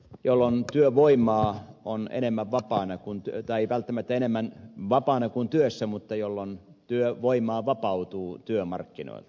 tapiolan työvoimaa on enemmän vapaana kun työpäivältä mitä enemmän vapaana kuin työssä tilanteessa jolloin työvoimaa vapautuu työmarkkinoilta